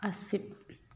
ꯑꯁꯤꯞ